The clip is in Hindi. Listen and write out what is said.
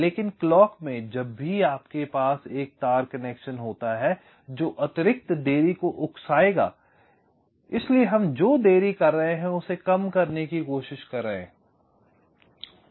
लेकिन क्लॉक में जब भी आपके पास एक तार कनेक्शन होता है जो अतिरिक्त देरी को उकसाएगा इसलिए हम जो देरी कर रहे हैं उसे कम करने की कोशिश कर रहे हैं